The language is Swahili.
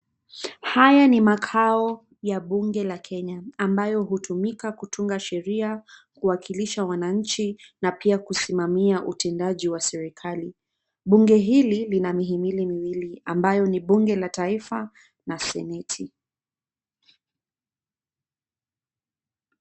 Haya ni makao, ya Bunge la Kenya, ambayo hutumika kutunga sheria, kuwakilisha wananchi, na pia kusimamamia utendaji wa serikali, Bunge hili lina mihimili miwili ambayo ni Bunge la Taifa, na Seneti.